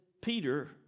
Peter